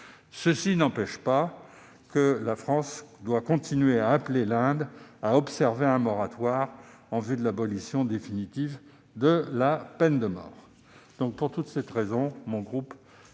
peine de mort, la France doit continuer à appeler l'Inde à observer ce moratoire en vue de l'abolition définitive de la peine de mort.